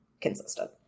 consistent